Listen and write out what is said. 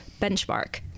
Benchmark